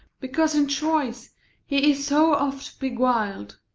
because in choice he is so oft beguil'd.